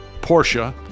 Porsche